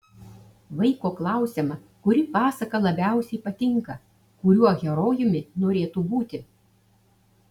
vaiko klausiama kuri pasaka labiausiai patinka kuriuo herojumi norėtų būti